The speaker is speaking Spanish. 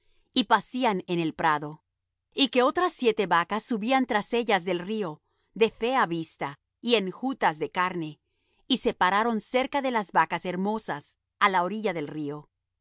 y pacían en el prado y que otras siete vacas subían tras ellas del río de fea vista y enjutas de carne y se pararon cerca de las vacas hermosas á la orilla del río y